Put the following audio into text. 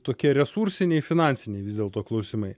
tokie resursiniai finansiniai vis dėlto klausimai